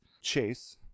Chase